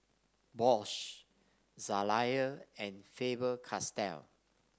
Bose Zalia and Faber Castell